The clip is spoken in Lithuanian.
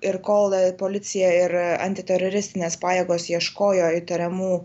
ir kol policija ir antiteroristinės pajėgos ieškojo įtariamų